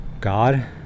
God